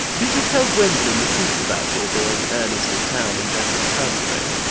did you tell gwendolen the truth about your being ernest in town, and jack in the country?